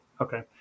Okay